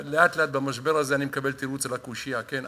לאט-לאט במשבר הזה אני מקבל תירוץ על הקושיה, כן?